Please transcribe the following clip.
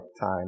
time